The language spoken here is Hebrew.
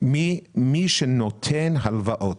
ממי שנותן הלוואות,